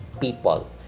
people